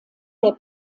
der